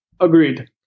agreed